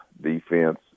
defense